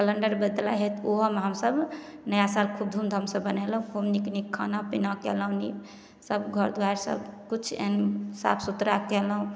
calendar बदलाइ हइ तऽ ओहोमे हमसब नया साल खूब धूमधामसॅं मनेलहुॅं खूब नीक नीक खाना पीना केलहुॅं नीक सब घर द्वारि सब किछु एहन साफ सुथरा केलहुॅं